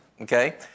okay